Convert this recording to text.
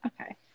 Okay